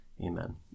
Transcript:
Amen